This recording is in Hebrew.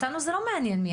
אותנו זה לא מעניין מי,